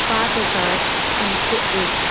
पांच हजार तिनशे एक